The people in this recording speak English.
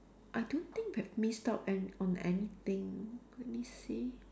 I don't think we miss out an~ on anything let me see